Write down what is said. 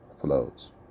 flows